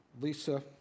Lisa